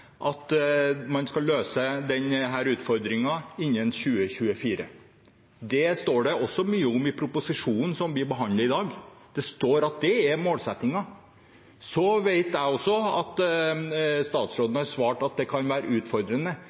skal løse denne utfordringen innen 2024. Det står det også mye om i proposisjonen som vi behandler i dag. Det står at det er målsettingen. Jeg vet også at statsråden har svart at det kan være utfordrende,